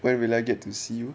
when will I get to see you